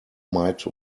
might